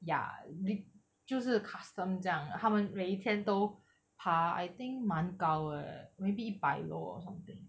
ya li~ 就是 custom 这样他们每一天都爬 I think 满高的 maybe 一百楼 or something